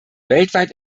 weltweit